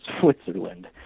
Switzerland